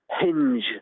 hinge